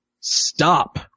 stop